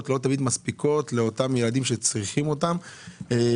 לא תמיד מספיקות לילדים בפנימייה,